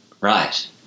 right